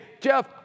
Jeff